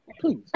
Please